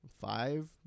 five